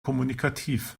kommunikativ